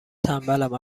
تنبلم